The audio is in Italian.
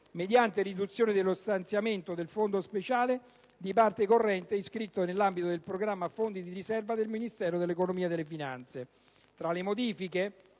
mediante la riduzione dello stanziamento del fondo speciale di parte corrente iscritto nell'ambito del programma Fondi di riserva del Ministero dell'economia e delle finanze. Tra le modifiche